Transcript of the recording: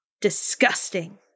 disgusting